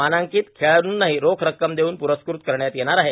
मानांकीत खेळाडूंनाही रोख रक्कम देऊन पुरस्कृत करण्यात येणार आहे